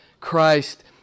Christ